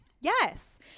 Yes